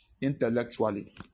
intellectually